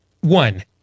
One